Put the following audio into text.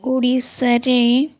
ଓଡ଼ିଶାରେ